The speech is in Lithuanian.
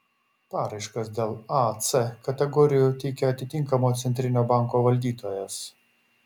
paraiškas dėl a c kategorijų teikia atitinkamo centrinio banko valdytojas